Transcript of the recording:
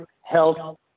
health